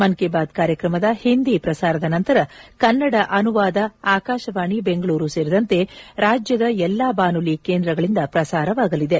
ಮನ್ ಕಿ ಬಾತ್ ಕಾರ್ಯಕ್ರಮದ ಹಿಂದಿ ಪ್ರಸಾರದ ನಂತರ ಕನ್ನಡ ಅನುವಾದ ಆಕಾಶವಾಣಿ ಬೆಂಗಳೂರು ಸೇರಿದಂತೆ ರಾಜ್ಯದ ಎಲ್ಲಾ ಬಾನುಲಿ ಕೇಂದ್ರಗಳಿಂದ ಪ್ರಸಾರವಾಗಲಿದೆ